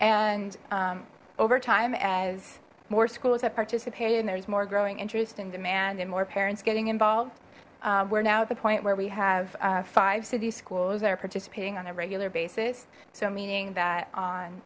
and over time as more schools that participated there's more growing interest and demand and more parents getting involved we're now at the point where we have five city schools that are participating on a regular basis so meaning that